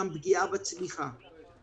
אצל יהודים זה ברוכות, אצל ערבים זה מרובות.